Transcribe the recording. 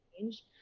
change